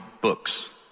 books